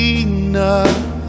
enough